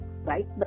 right